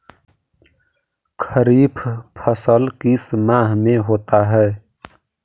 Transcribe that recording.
खरिफ फसल किस माह में होता है?